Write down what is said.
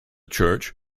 church